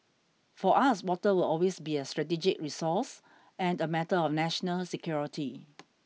for us water will always be a strategic resource and a matter of national security